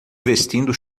vestindo